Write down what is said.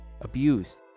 abused